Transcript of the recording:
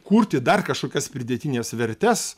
kurti dar kažkokias pridėtines vertes